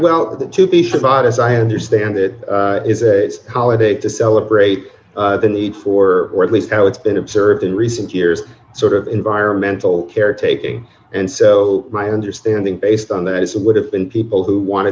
shot as i understand it is a holiday to celebrate the need for or at least how it's been observed in recent years sort of environmental care taking and so my understanding based on that is it would have been people who want